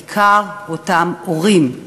בעיקר אותם הורים,